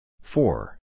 Four